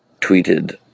tweeted